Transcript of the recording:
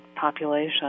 population